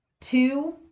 Two